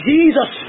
Jesus